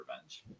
Revenge